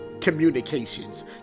communications